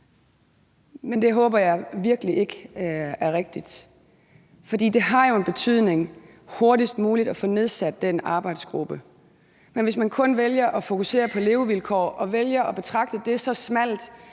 men det håber jeg virkelig ikke er rigtigt. For det har jo en betydning at få nedsat den arbejdsgruppe hurtigst muligt. Men hvis man kun vælger at fokusere på levevilkår og vælger at betragte det så smalt,